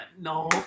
No